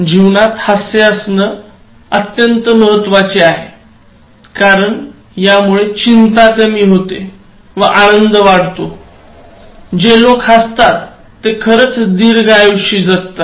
जीवनात हास्य असणे महत्वाचे आहे कारण यामुळे चिंता कमी होते व आनंद वाढतो जे लोक हसतात ते खरंच दीर्घायुषी असतात